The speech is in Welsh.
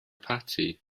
parti